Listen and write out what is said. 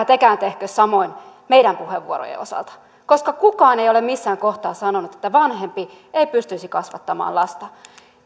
tekään tehkö samoin meidän puheenvuorojemme osalta koska kukaan ei ole missään kohtaa sanonut että vanhempi ei pystyisi kasvattamaan lasta